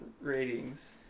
ratings